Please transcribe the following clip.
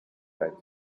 times